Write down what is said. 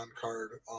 card